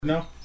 No